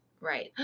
Right